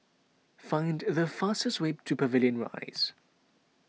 find the fastest way to Pavilion Rise